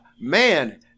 man